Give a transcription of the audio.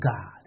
God